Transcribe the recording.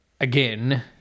again